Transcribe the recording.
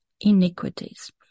Iniquities